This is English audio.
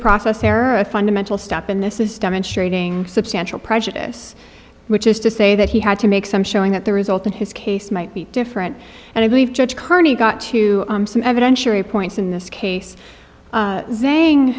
process error a fundamental step in this is demonstrating substantial prejudice which is to say that he had to make some showing that the result in his case might be different and i believe judge carney got to some evidentiary points in this case